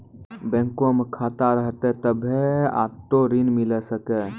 बैंको मे खाता रहतै तभ्भे आटो ऋण मिले सकै